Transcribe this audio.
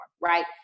right